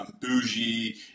bougie